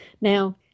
Now